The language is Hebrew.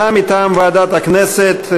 הודעה מטעם ועדת הכנסת.